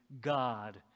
God